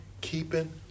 keeping